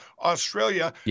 Australia